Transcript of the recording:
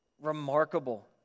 remarkable